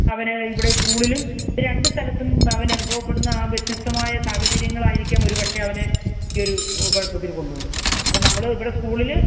അവന് ഇവിടെ സ്കൂളിലും രണ്ടു സ്ഥലത്തും അവനു അനുഭവപ്പെടുന്ന ആ വ്യത്യസ്തമായ സാഹചര്യങ്ങളായിരിക്കാം ഒരു പക്ഷെ അവനെ ഈ ഒരു കുഴപ്പത്തിൽ കൊണ്ടുവന്നത് അപ്പോൾ നമ്മൾ ഇവിടെ സ്കൂളിൽ